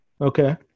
Okay